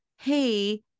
hey